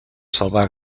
salvar